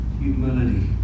humility